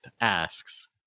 asks